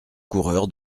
coureur